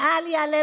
ואל יעלה